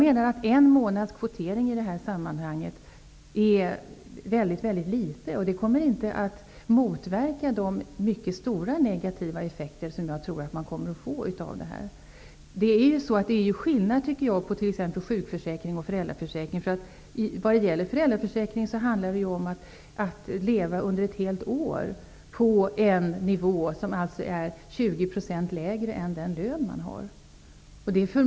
En månads kvotering är väldigt litet, och det kommer inte att motverka de mycket stora negativa effekter som jag tror blir följden. Det är skillnad mellan t.ex. sjukförsäkring och föräldraförsäkring. Vad gäller föräldraförsäkringen, handlar det om att leva under ett helt år på en nivå som är 20 % lägre än den lön man har.